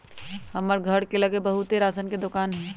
हमर घर के लग बहुते राशन के दोकान हई